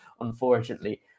unfortunately